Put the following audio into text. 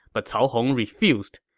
but cao hong refused.